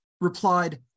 replied